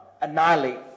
annihilate